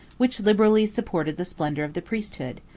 which liberally supported the splendor of the priesthood,